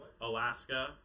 Alaska